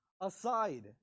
aside